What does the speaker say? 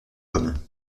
comme